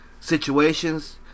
situations